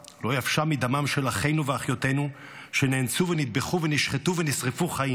לא יבשה מדמם של אחינו ואחיותינו שנאנסו ונטבחו ונשחטו ונשרפו חיים.